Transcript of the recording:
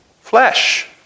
Flesh